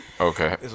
Okay